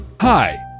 Hi